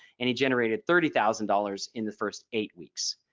and he generated thirty thousand dollars in the first eight weeks.